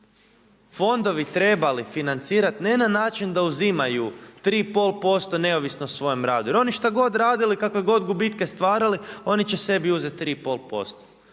fondovi trebali financirati ne na način da uzimaju 3,5% neovisno o svom radu. Jer oni šta god radili, kakve god gubitke stvarali oni će sebi uzeti 3,5%.